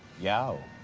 yo.